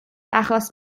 achos